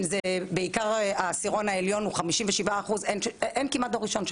אם בעיקר העשירון העליון הוא כ-57% אין שם כמעט דור ראשון,